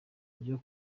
ryo